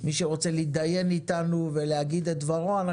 מי שרוצה להתדיין איתנו ולהגיד את דברו אנחנו